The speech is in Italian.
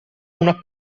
una